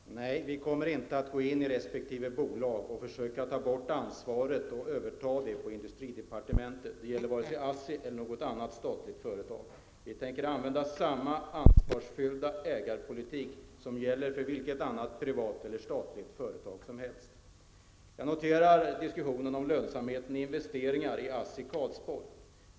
Herr talman! Nej, vi kommer inte att gå in i resp. bolag och försöka ta bort ansvaret och överta det på industridepartementet. Det gäller både ASSI och andra statliga företag. Vi tänker föra samma ansvarsfulla ägarpolitik som gäller för vilket annat privat eller statligt företag som helst. Jag noterar diskussionen om lönsamheten av investeringar i ASSI Karlsborg.